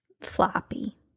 Floppy